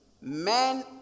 men